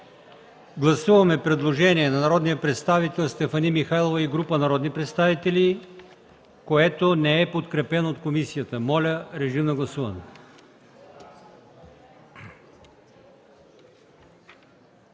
Гласуваме предложение на народния представител Стефани Михайлова и група народни представители по § 26, т. 1, която не е подкрепена от комисията. Моля, гласувайте.